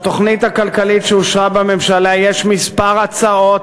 "בתוכנית הכלכלית שאושרה בממשלה יש מספר הצעות